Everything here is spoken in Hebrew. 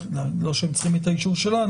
לא שהם צריכים את האישור שלנו,